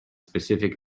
specific